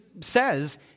says